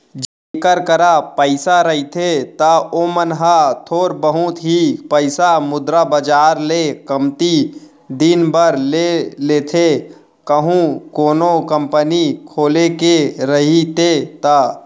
जेखर करा पइसा रहिथे त ओमन ह थोर बहुत ही पइसा मुद्रा बजार ले कमती दिन बर ले लेथे कहूं कोनो कंपनी खोले के रहिथे ता